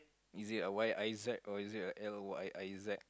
is it a Y I Z or is it a L Y I Z